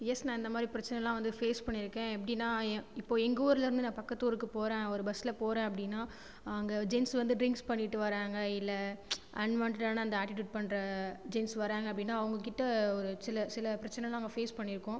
yes நான் இந்த மாரி பிரச்சனைலாம் வந்து ஃபேஸ் பண்ணிருக்கேன் எப்படினா இப்போ எங்கள் ஊருலேருந்து நான் பக்கத்துக்கு ஊருக்கு போகறேன் ஒரு பஸ்ஸில் போகறேன் அப்படினா அங்கே ஜென்ஸ் வந்து ட்ரிங்க்ஸ் பண்ணிவிட்டு வராங்க இல்லை அன்வான்ட்டடான அந்த ஆட்டிட்யூட் பண்ணுற ஜென்ஸ் வராங்க அப்படினா அவங்ககிட்ட ஒரு சில சில பிரச்னைலாம் நாங்கள் ஃபேஸ் பண்ணிருக்கோம்